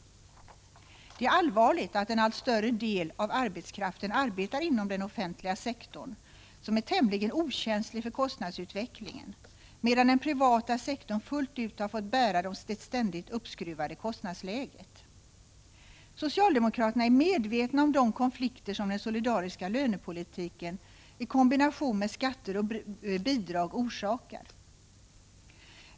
Det är allvarligt att en allt större del av arbetskraften arbetar inom den offentliga sektorn, som är tämligen okänslig för kostnadsutvecklingen, medan den privata sektorn fullt ut har fått bära det ständigt uppskruvade kostnadsläget. Socialdemokraterna är medvetna om de konflikter som den solidariska lönepolitiken i kombination med skatter och bidrag orsakar.